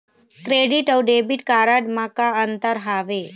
Credit अऊ debit card म का अंतर हावे?